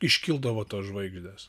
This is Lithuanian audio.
iškildavo tos žvaigždės